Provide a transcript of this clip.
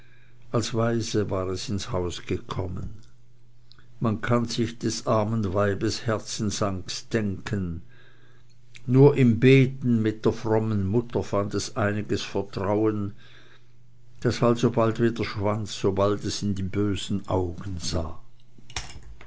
als waise war es ins haus gekommen man kann sich des armen weibes herzensangst denken nur im beten mit der frommen mutter fand es einiges vertrauen das alsobald wieder schwand sobald es in die bösen augen sah